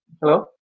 Hello